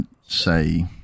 say